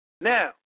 Now